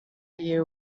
you